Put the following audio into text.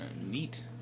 Neat